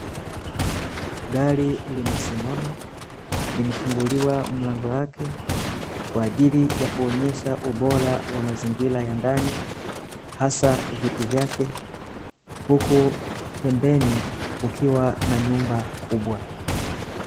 Gari limesimama, limefunguliwa mlango wake, kwaajili ya kuonesha ubora wa mazingira ya ndani hasa viti vyake, huku pembeni kukiwa na nyumba kubwa.